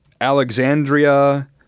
alexandria